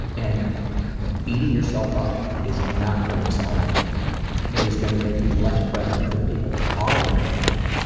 and beating yourself up is not going to solve anything. it is going to make you less present for the people that are in your life.